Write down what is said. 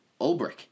Ulbrich